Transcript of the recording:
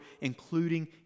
including